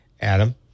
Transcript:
Adam